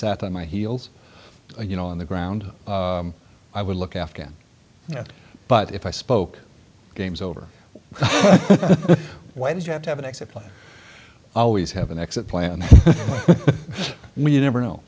sat on my heels and you know on the ground i would look afghan but if i spoke games over why did you have to have an exit plan always have an exit plan you never know